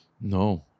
No